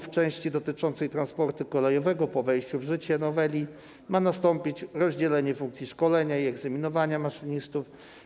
W części dotyczącej transportu kolejowego jest mowa o tym, że po wejściu w życie noweli ma nastąpić rozdzielenie funkcji szkolenia i egzaminowania maszynistów.